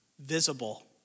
visible